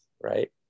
right